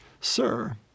Sir